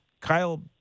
Kyle